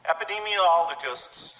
Epidemiologists